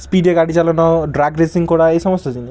স্পিডে গাড়ি চালানো ড্রাগ রেসিং করা এই সমস্ত জিনিস